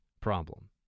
problem